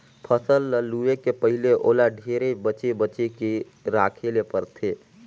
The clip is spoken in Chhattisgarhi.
फसल ल लूए के पहिले ओला ढेरे बचे बचे के राखे ले परथे